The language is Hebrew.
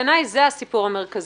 בעיני זה הסיפור המרכזי.